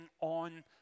on